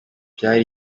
byari